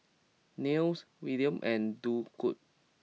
Nils Willaim and Durwood